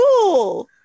cool